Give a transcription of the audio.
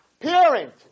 parent